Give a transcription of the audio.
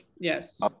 Yes